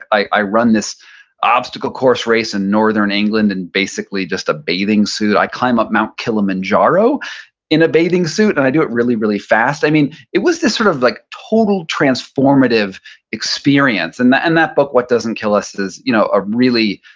i i run this obstacle course race in northern england, in basically just a bathing suit. i climb up mount kilimanjaro in a bathing suit and i do it really, really fast. it was this sort of like total transformative experience. and that and that book, what doesn't kill us, is you know a really,